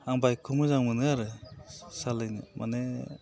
आं बाइकखो मोजां मोनो आरो सालायनो माने